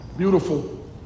beautiful